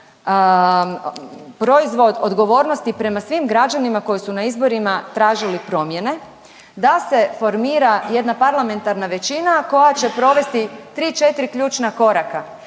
proizvod odgovornosti prema svim građanima koji su na izborima tražili promjene da se formira jedna parlamentarna većina koja će provesti tri, četiri ključna koraka.